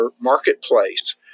marketplace